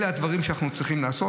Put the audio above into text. אלה הדברים שאנחנו צריכים לעשות.